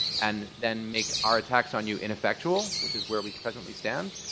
and then make our attacks on you ineffectual, which is where we presently stand.